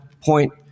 point